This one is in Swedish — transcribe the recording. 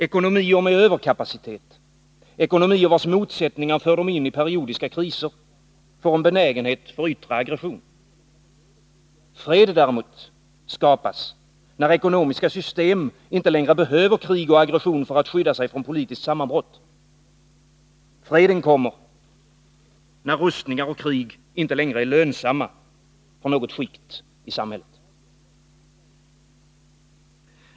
Ekonomier med överkapacitet, ekonomier vilkas motsättningar för dem in i periodiska kriser, får en benägenhet för yttre aggression. Fred däremot skapas, när ekonomiska system inte längre behöver krig och aggression för att skydda sig från politiskt sammanbrott. Freden kommer, när rustningar och krig inte längre är lönsamma för något skikt i samhället.